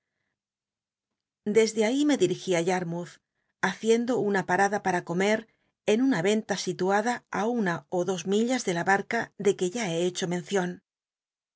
desde ahí me dil'igi ú yarmouth haciendo una parada para comer en una y enta ituada á una ó dos millas de la barca de que ya he hecho mencion